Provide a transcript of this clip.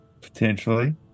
potentially